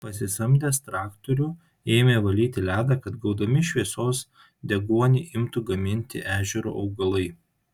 pasisamdęs traktorių ėmė valyti ledą kad gaudami šviesos deguonį imtų gaminti ežero augalai